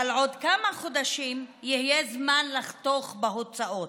אבל עוד כמה חודשים יהיה זמן לחתוך בהוצאות.